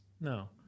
No